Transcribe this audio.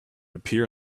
appear